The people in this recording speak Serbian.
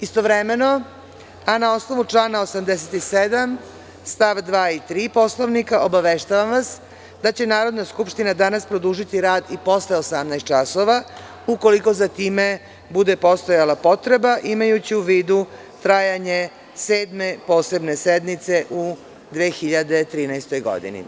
Istovremeno, a na osnovu člana 87. stav 2. i 3. Poslovnika, obaveštavam vas da će Narodna skupština danas produžiti rad i posle 18,00 časova, ukoliko za time bude postojala potreba, imajući u vidu trajanje Sedme posebne sednice u 2013. godini.